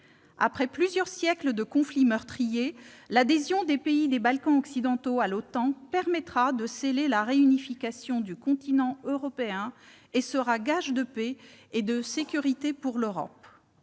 Après plusieurs siècles de conflits meurtriers, l'adhésion des pays des Balkans occidentaux à l'OTAN permettra de sceller la réunification du continent européen et sera un gage de paix et de sécurité pour l'Europe.